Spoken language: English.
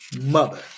mother